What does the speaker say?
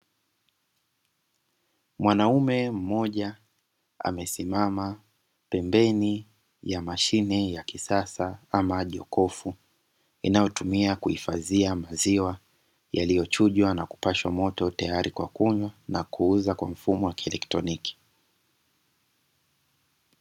Mwanaume mmoja amesimama pembeni ya mashine ya kisasa kama jokofu, inayotumika kuhifadhia maziwa yaliyochujwa na kupashwa moto tayari kwa kunywa na kuuza kwa mfumo wa kielektroniki.